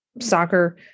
soccer